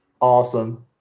Awesome